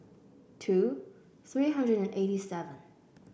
two three hundred and eighty seven